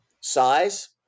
size